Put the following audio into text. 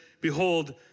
behold